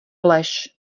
lež